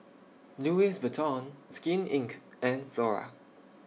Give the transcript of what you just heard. Louis Vuitton Skin Inc and Flora